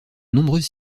nombreuses